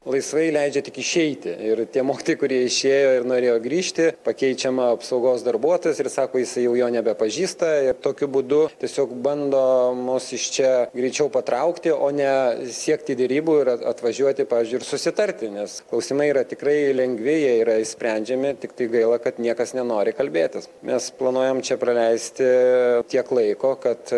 laisvai leidžia tik išeiti ir tie mokytojai kurie išėjo ir norėjo grįžti pakeičiama apsaugos darbuotojas ir sako jisai jau jo nebepažįsta ir tokiu būdu tiesiog bando mus iš čia greičiau patraukti o ne siekti derybų ir atvažiuoti pavyzdžiui ir susitarti nes klausimai yra tikrai lengvi jie yra išsprendžiami tiktai gaila kad niekas nenori kalbėtis mes planuojam čia praleisti tiek laiko kad